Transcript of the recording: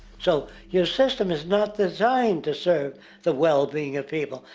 so your system is not designed to serve the well-being of people.